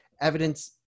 Evidence